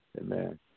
amen